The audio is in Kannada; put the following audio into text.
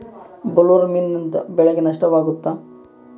ಬೊಲ್ವರ್ಮ್ನಿಂದ ಬೆಳೆಗೆ ನಷ್ಟವಾಗುತ್ತ?